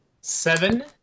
Seven